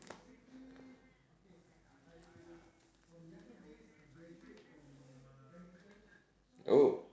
oh